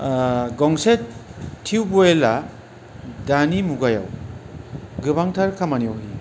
गंसे टिउबवेलआ दानि मुगायाव गोबांथार खामानियाव फैयो